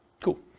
Cool